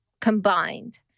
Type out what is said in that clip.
combined